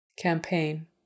campaign